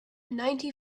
ninety